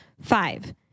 five